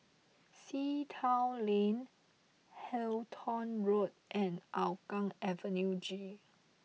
Sea Town Lane Halton Road and Hougang Avenue G